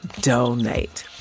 Donate